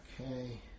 Okay